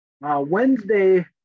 Wednesday